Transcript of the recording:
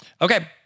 Okay